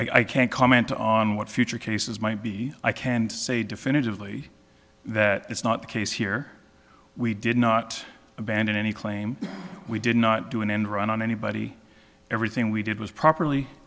i can't comment on what future cases might be i can say definitively that is not the case here we did not abandon any claim we did not do an end run on anybody everything we did was properly